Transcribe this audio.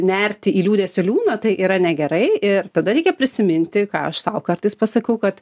nerti į liūdesio liūną tai yra negerai ir tada reikia prisiminti ką aš sau kartais pasakau kad